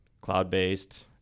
cloud-based